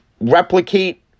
replicate